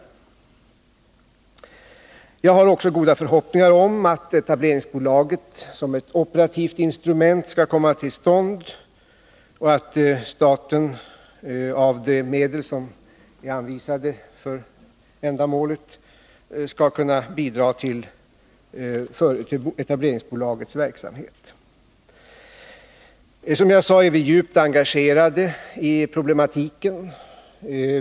Jag har också goda förhoppningar om att etableringsbolaget som ett operativt instrument skall komma till stånd och att staten med de medel som är anvisade för ändamålet skall kunna bidra till etableringsbolagets verksamhet. Som jag sade är vi djupt engagerade i problematiken.